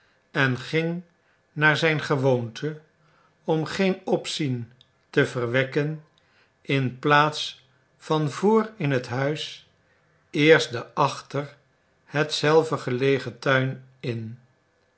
en ging naar zijn gewoonte om geen opzien te verwekken in plaats van voor in het huis eerst den achter hetzelve gelegen tuin in